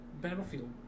Battlefield